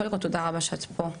קודם כל, תודה רבה שאת פה.